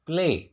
play